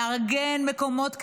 מארגן מקומות כליאה,